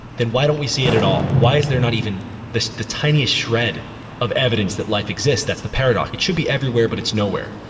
then why don't we see it at all? why is there not even the tiniest shred of evidence that life exists, that's the paradox? it should be everywhere, but it's nowhere.